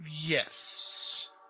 Yes